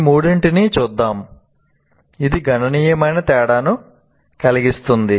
ఈ మూడింటిని చూద్దాం ఇది గణనీయమైన తేడాను కలిగిస్తుంది